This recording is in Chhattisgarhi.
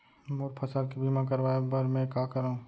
मोर फसल के बीमा करवाये बर में का करंव?